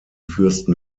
fürsten